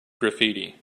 graffiti